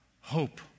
hope